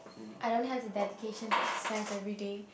I don't have the dedication to exercise everyday